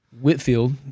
Whitfield